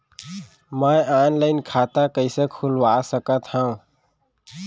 मैं ऑनलाइन खाता कइसे खुलवा सकत हव?